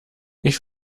ich